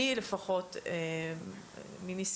לפחות אני,